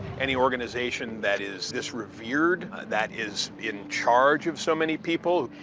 any organization that is this revered, that is in charge of so many people,